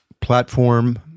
platform